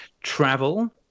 travel